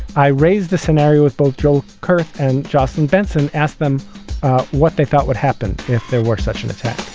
i raise the scenario with both joe kerth and justin benson. ask them what they thought would happen if there were such an attack